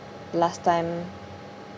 last time